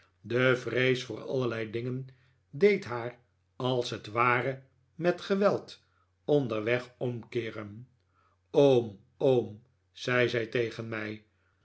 de vrees voor allerlei dingen deed haar als het ware met geweld onderweg omkeeren oom oom zei zij tegen mij